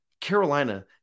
Carolina